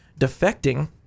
defecting